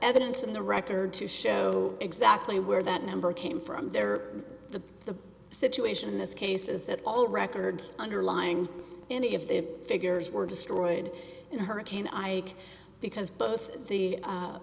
evidence in the record to show exactly where that number came from there the situation in this case is that all records underlying any of the figures were destroyed in hurricane ike because both